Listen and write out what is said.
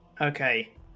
Okay